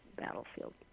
battlefield